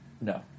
no